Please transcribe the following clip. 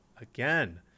again